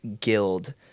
guild